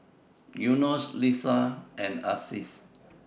Yunos Lisa and Aziz